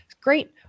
great